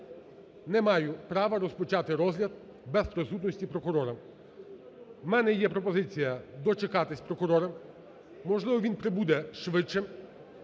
не маю права розпочати розгляд без присутності прокурора. В мене є пропозиція дочекатися прокурора, можливо, він прибуде швидше.